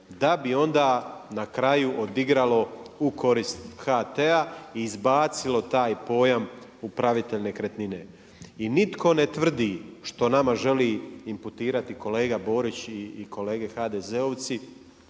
da bi onda na kraju odigralo u korist HT-a i izbacilo taj pojam upravitelj nekretnine. I nitko ne tvrdi što nama želi imputirati kolega Borić i kolege HDZ-ovci,